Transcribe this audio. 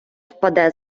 впаде